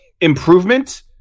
improvement